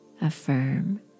affirm